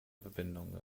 verbindungen